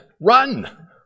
Run